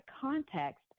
context